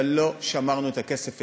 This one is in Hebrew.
אבל לא שמרנו את הכסף אצלנו,